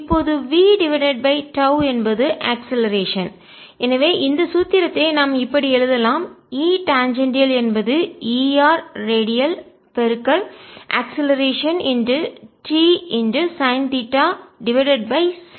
இப்போது v divided by τ என்பது acceleration முடுக்கம் எனவே இந்த சூத்திரத்தை நாம் இப்படி எழுதலாம் E டாஞ்சேண்டியால் என்பது E r ரேடியல்அக்ஸ்லரேசன் முடுக்கம் t sine theta divided by c